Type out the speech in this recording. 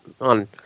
on